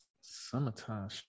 Summertime